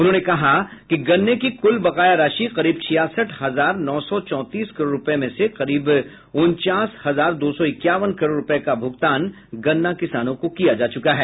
उन्होंने कहा कि गन्ने की कूल बकाया राशि करीब छियासठ हजार नौ सौ चौंतीस करोड़ रुपए में से करीब उनचास हजार दो सौ इक्यावन करोड़ रुपए का भुगतान गन्ना किसानों को किया जा चुका है